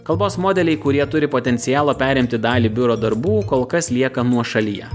kalbos modeliai kurie turi potencialo perimti dalį biuro darbų kol kas lieka nuošalyje